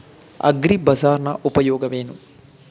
ಅಗ್ರಿಬಜಾರ್ ನ ಉಪಯೋಗವೇನು?